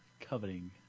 Coveting